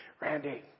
Randy